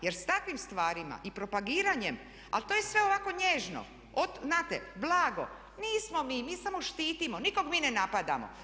Jer s takvim stvarima i propagiranjem ali to je sve ovako nježno, znate blago, nismo mi, mi samo štitimo, nikog mi ne napadamo.